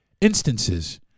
instances